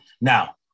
Now